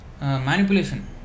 manipulation